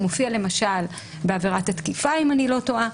הוא מופיע למשל בעבירת התקיפה, אם אני לא טועה,